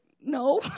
no